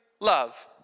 love